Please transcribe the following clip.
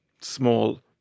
small